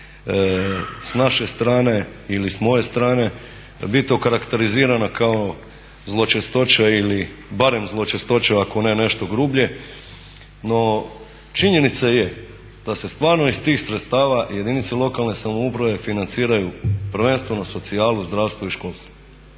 s naše strane ili s moje strane biti okarakterizirana kao zločestoća ili barem zločestoća, ako ne nešto grublje. No činjenica je da se stvarno iz tih sredstava jedinice lokalne samouprave prvenstveno socijalu, zdravstvo i školstvo.